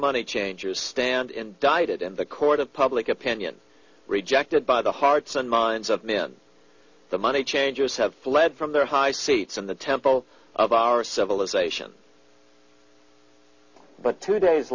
money changers stand indicted in the court of public opinion rejected by the hearts and minds of men the money changers have fled from their high seats in the temple of our civilization but two days